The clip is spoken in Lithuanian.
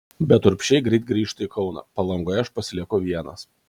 bet urbšiai greit grįžta į kauną palangoje aš pasilieku vienas